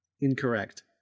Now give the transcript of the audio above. incorrect